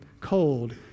cold